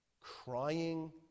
crying